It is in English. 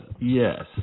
Yes